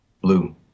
Blue